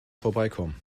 vorbeikommen